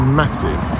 massive